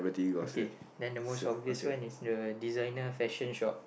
okay then the most of this one is the designer fashion shop